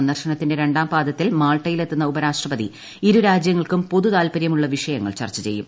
സന്ദർശനത്തിന്റെ രണ്ടാം പാദത്തിൽ മാൾട്ടയിലെത്തുന്ന ഉപരാഷ്ട്രപതി ഇരു രാജ്യങ്ങൾക്ക് പൊതുതാൽപര്യമുള്ള വിഷയങ്ങൾ ചർച്ചചെയ്യും